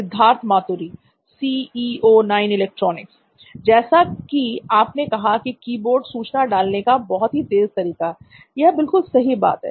सिद्धार्थ मातुरी जैसा कि आपने कहा कि कीबोर्ड सूचना डालने का बहुत ही तेज तरीका है यह बिल्कुल सही बात है